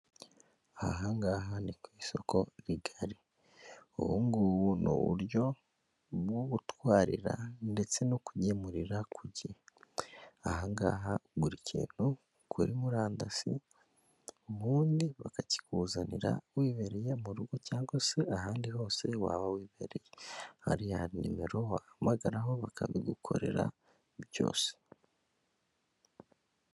Aha ngaha ni ku isoko rigari ubungubu ni uburyo bwo gutwarira ndetse no kugemurira ku gihe aha ngaha ugura ikintu kuri murandasi ubundi bakaba bakikuzanira wibereye mu rugo cyangwa se ahandi hose waba wibere, hari na nimero wahamagaraho bakabigukorera byose.